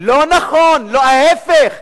לא נכון, ההיפך.